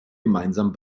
gemeinsam